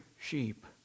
sheep